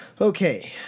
Okay